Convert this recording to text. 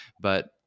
but-